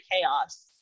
chaos